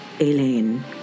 Elaine